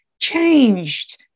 changed